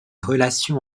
relations